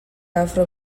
afro